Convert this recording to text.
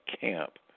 camp